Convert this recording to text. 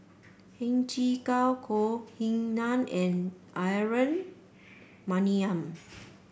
Heng Chee Ying Nan and Aaron Maniam